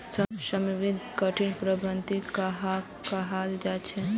समन्वित किट प्रबंधन कहाक कहाल जाहा झे?